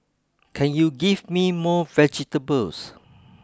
can you give me more vegetables